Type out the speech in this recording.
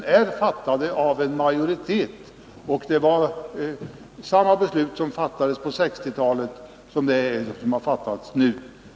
De är fattade av en majoritet, och det är fråga om samma beslut som fattades under 1960-talet.